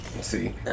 See